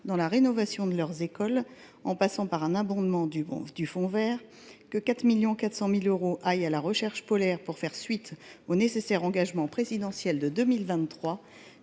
dans la rénovation de leurs écoles, un abondement du fonds vert, que 4,4 millions d’euros aillent à la recherche polaire, pour faire suite à l’engagement présidentiel de 2023,